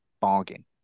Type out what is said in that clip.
bargain